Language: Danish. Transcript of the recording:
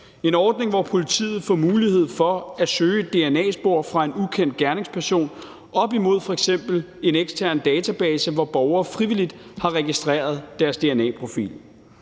en ordning, hvor politiet får mulighed for at søge dna-spor fra en ukendt gerningsperson op imod f.eks. en ekstern database, hvor borgere frivilligt har registreret deres dna-profil.